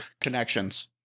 connections